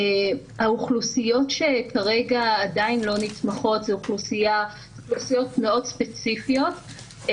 האוכלוסיות שכרגע עדיין לא נתמכות זה אוכלוסיות מאוד ספציפיות,